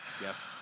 Yes